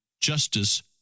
Justice